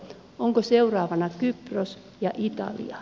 onko seuraavana kypros ja italia